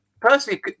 Personally